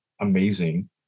amazing